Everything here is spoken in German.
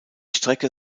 strecke